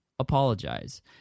Apologize